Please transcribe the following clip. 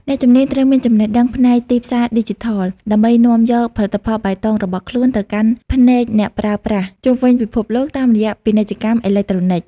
អ្នកជំនាញត្រូវមានចំណេះដឹងផ្នែកទីផ្សារឌីជីថល ដើម្បីនាំយកផលិតផលបៃតងរបស់ខ្លួនទៅកាន់ភ្នែកអ្នកប្រើប្រាស់ជុំវិញពិភពលោកតាមរយៈពាណិជ្ជកម្មអេឡិចត្រូនិក។